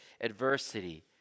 adversity